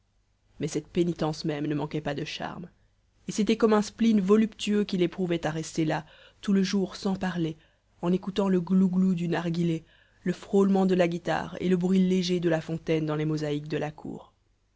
mais cette pénitence même ne manquait pas de charme et c'était comme un spleen voluptueux qu'il éprouvait à rester là tout le jour sans parler en écoutant le glouglou du narghilé le frôlement de la guitare et le bruit léger de la fontaine dans les mosaïques de la cour